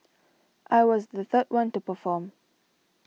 I was the third one to perform